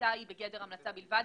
ההמלצה היא בגדר המלצה בלבד.